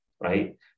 right